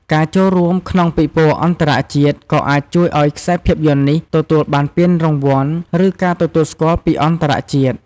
ការចូលរួមក្នុងពិព័រណ៍អន្តរជាតិក៏អាចជួយឱ្យខ្សែភាពយន្តនេះទទួលបានពានរង្វាន់ ឬការទទួលស្គាល់ពីអន្តរជាតិ។